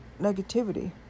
negativity